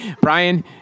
Brian